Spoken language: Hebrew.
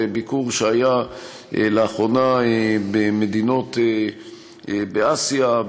ביקור שהיה לאחרונה במדינות באסיה,